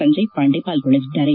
ಸಂಜಯ್ ಪಾಂಡೆ ಪಾಲ್ಗೊಳ್ಳಲಿದ್ದಾರೆ